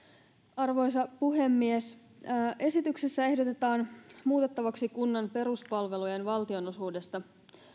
arvoisa puhemies esityksessä ehdotetaan muutettavaksi kunnan peruspalvelujen valtionosuudesta